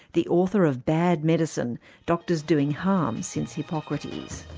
the author of bad medicine doctors doing harm since hippocrates.